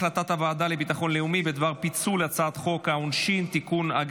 החלטת הוועדה לביטחון לאומי בדבר פיצול הצעת חוק העונשין (תיקון,